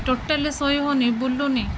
totally ଶୋଇ ହଉନି ବୁଲୁନି